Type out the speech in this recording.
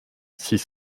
six